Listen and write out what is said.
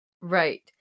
Right